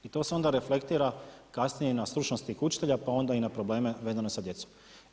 I to se onda reflektira kasnije na stručnost tih učitelja pa i onda i na probleme vezane sa djecom.